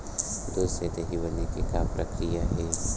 दूध से दही बने के का प्रक्रिया हे?